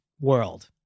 world